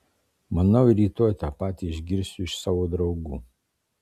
manau ir rytoj tą patį išgirsiu iš savo draugų